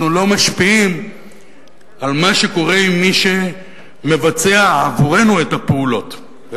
אנחנו לא משפיעים על מה שקורה עם מי שמבצע עבורנו את הפעולות.